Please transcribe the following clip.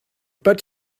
but